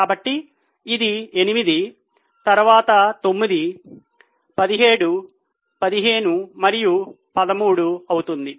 కాబట్టి ఇది 8 తరువాత 9 17 15 మరియు 13 అవుతుంది